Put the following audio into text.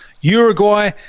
uruguay